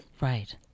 Right